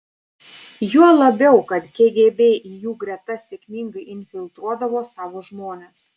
juo labiau kad kgb į jų gretas sėkmingai infiltruodavo savo žmones